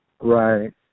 right